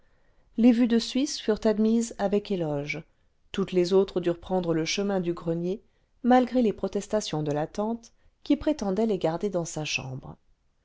les vues de suisse furent admises avec éloge toutes les autres durent prendre le chemin du grenier malgré les protestations de la tante qui prétendait les garder clans sa chambre